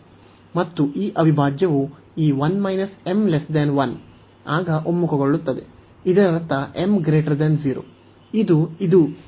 ಮತ್ತು ಈ ಅವಿಭಾಜ್ಯವು ಈ ಆಗ ಒಮ್ಮುಖಗೊಳ್ಳುತ್ತದೆ ಇದರರ್ಥ m 0